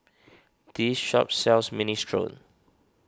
this shop sells Minestrone